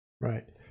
Right